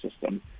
system